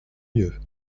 mieux